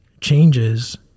changes